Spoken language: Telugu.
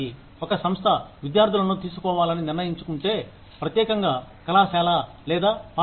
ఒక సంస్థ విద్యార్థులను తీసుకోవాలని నిర్ణయించుకుంటే ప్రత్యేకంగా కళాశాల లేదా పాఠశాల